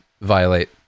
violate